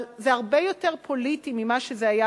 אבל זה הרבה יותר פוליטי ממה שזה היה